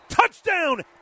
Touchdown